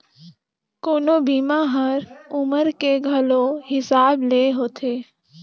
कोनो बीमा हर उमर के घलो हिसाब ले होथे